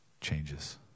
changes